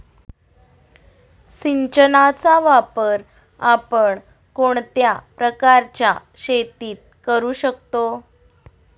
सिंचनाचा वापर आपण कोणत्या प्रकारच्या शेतीत करू शकतो?